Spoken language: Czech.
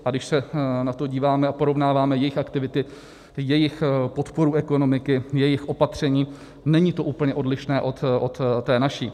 A když se na to díváme a porovnáváme jejich aktivity, jejich podporu ekonomiky, jejich opatření, není to úplně odlišné od té naší.